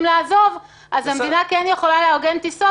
לעזוב אז המדינה יכולה לארגן טיסות,